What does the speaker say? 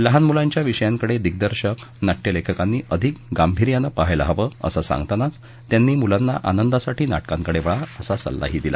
लहान मुलांच्या विषयांकडे दिग्दर्शक नाट्य लेखकांनी अधिक गांभीर्यानं पहायला हवं असं सांगतानाच त्यांनी मुलांना आनंदासाठी नाटकांकडे वळा असा सल्लाही दिला